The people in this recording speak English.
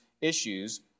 issues